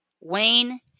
Wayne